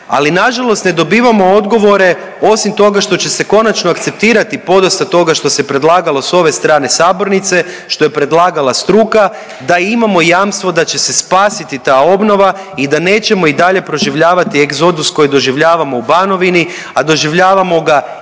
ali nažalost ne dobivamo odgovore osim toga što će se konačno akceptirati podosta toga što se predlagalo s ove strane sabornice, što je predlagala struka da imamo jamstvo da će se spasiti ta obnova i da nećemo i dalje proživljavati egzodus koji doživljavamo u Banovini, a doživljavamo ga i nakon